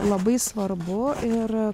labai svarbu ir